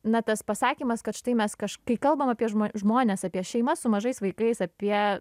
na tas pasakymas kad štai mes kaž kai kalbam apie žmones apie šeimas su mažais vaikais apie